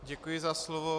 Děkuji za slovo.